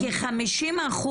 כ-50%